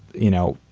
you know,